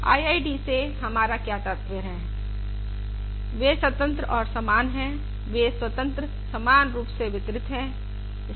IID से हमारा क्या तात्पर्य है वे स्वतंत्र और समान हैं वे स्वतंत्र समरूपी वितरण है